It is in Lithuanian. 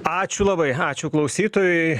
ačiū labai ačiū klausytojui